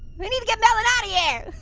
i need to get melon out of here!